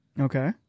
Okay